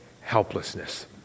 Helplessness